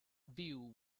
view